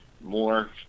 more